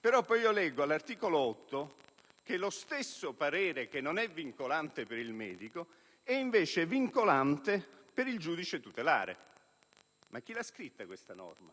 Poi, però, leggo, all'articolo 8, che lo stesso parere che non è vincolante per il medico, lo è invece per il giudice tutelare. Ma chi ha scritto questa norma?